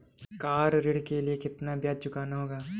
Car ऋण के लिए कितना ब्याज चुकाना होगा?